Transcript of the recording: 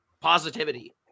positivity